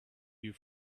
you